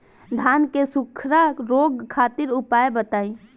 धान के सुखड़ा रोग खातिर उपाय बताई?